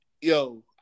yo